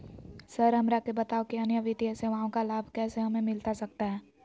Sir हमरा के बताओ कि अन्य वित्तीय सेवाओं का लाभ कैसे हमें मिलता सकता है?